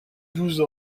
douze